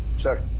sir,